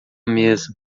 mesa